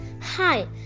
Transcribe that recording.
Hi